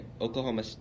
Oklahoma